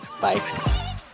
Bye